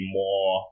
more